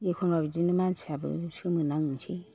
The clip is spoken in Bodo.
एखनबा बिदिनो मानसियाबो सोमोनांनोसै